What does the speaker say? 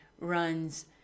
runs